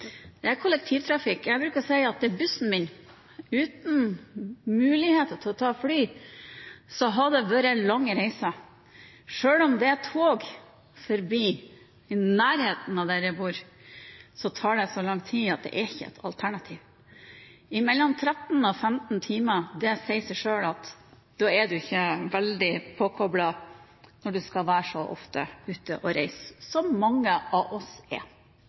Det er kollektivtrafikk. Jeg bruker å si at det er bussen min. Uten muligheter til å ta fly hadde det vært en lang reise. Selv om det går tog forbi i nærheten av der jeg bor, tar det så lang tid at det er ikke et alternativ – mellom 13 og 15 timer. Da sier det seg selv at en ikke er veldig påkoblet når en skal være så ofte ute og reise som mange av oss er.